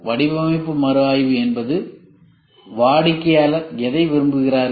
வடிவமைப்பு மறுஆய்வு என்பது வாடிக்கையாளர் எதை விரும்புகிறார்கள்